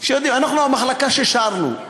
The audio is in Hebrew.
אנחנו, המחלקה ששרנו.